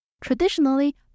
Traditionally